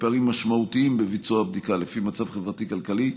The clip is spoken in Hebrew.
פערים משמעותיים בביצוע הבדיקה לפי מצב חברתי-כלכלי,